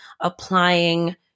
applying